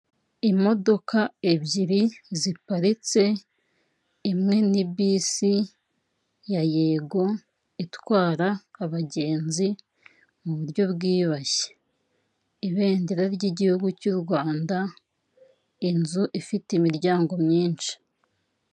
Imodoka ebyiri ziparitse , imwe ni bisi ya Yego itwara abagenzi mu buryo bwiyumbashye, ibendera y'igihugu cy'u Rwanda, inzu ifite imiryango myinshi.